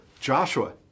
Joshua